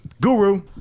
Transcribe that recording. Guru